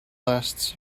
lasts